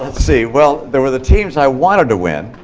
and see. well, there were the teams i wanted to win.